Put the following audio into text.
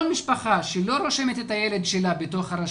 כל משפחה שלא רושמת את הילד שלה בתוך הרשות,